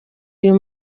uyu